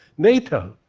nato.